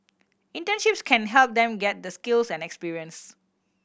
internships can help them get the skills and experience